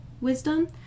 wisdom